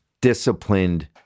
disciplined